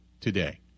Today